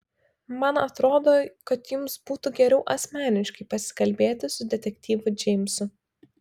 man atrodo kad jums būtų geriau asmeniškai pasikalbėti su detektyvu džeimsu